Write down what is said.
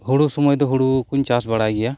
ᱦᱳᱲᱳ ᱥᱳᱢᱳᱭ ᱫᱚ ᱦᱳᱲᱳ ᱠᱩᱧ ᱪᱟᱥ ᱵᱟᱲᱟᱭ ᱜᱮᱭᱟ